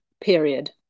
period